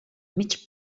mig